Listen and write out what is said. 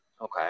Okay